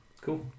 Cool